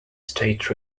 state